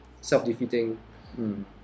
self-defeating